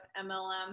MLM